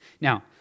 Now